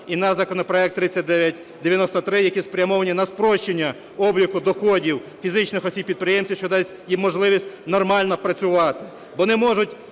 і наш законопроект 3993, які спрямовані на спрощення обліку доходів фізичних осіб-підприємців, що дасть їм можливість нормально працювати.